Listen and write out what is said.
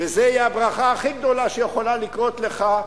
יהיה הברכה הכי גדולה שיכולה לקרות לך,